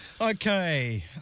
Okay